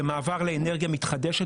במעבר לאנרגיה מתחדשת,